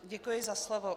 Děkuji za slovo.